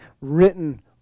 written